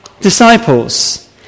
disciples